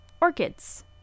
orchids